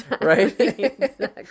right